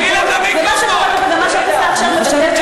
ושל מנהיגות, תרדי למטה